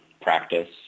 practice